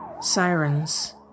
Sirens